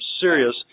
serious